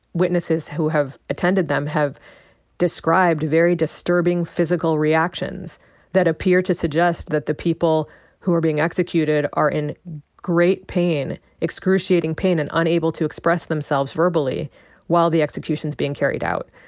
witnesses who have attended them have described very disturbing physical reactions that appear to suggest that the people who are being executed are in great pain, excruciating pain, and unable to express themselves verbally while the execution's being carried out.